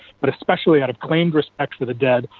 but especially out of claimed respect for the dead,